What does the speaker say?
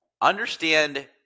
understand